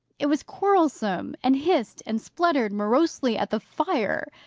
it was quarrelsome, and hissed and spluttered morosely at the fire.